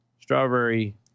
strawberry